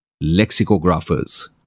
lexicographers